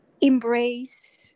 embrace